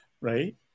right